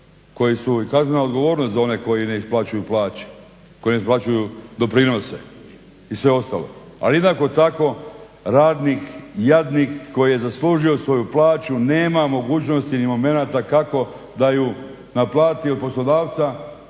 koji su i kaznena odgovornost za one koji ne isplaćuju plaće, koji ne isplaćuju doprinose i sve ostalo. Ali jednako tako radnik jadnik koji je zaslužio svoju plaću nema mogućnosti ni momenata kako da ju naplati od poslodavca